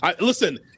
Listen